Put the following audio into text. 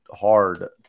hard